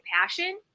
passion